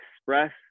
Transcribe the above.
express